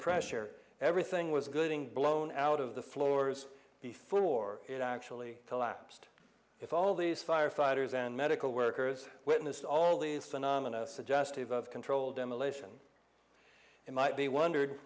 pressure everything was good and blown out of the floors before it actually collapsed if all these firefighters and medical workers witnessed all these phenomena suggestive of controlled demolition it might be wondered